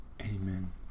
Amen